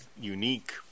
unique